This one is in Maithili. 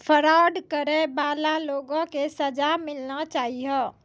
फरौड करै बाला लोगो के सजा मिलना चाहियो